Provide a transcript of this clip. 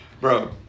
Bro